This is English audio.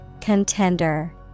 Contender